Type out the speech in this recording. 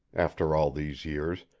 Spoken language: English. after all these years,